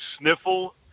sniffle